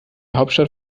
hauptstadt